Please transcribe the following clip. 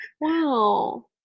Wow